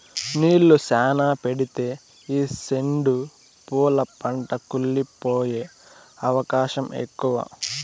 నీళ్ళు శ్యానా పెడితే ఈ సెండు పూల పంట కుళ్లి పోయే అవకాశం ఎక్కువ